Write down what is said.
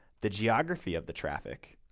the geography of the traffic,